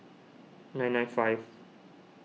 nine nine five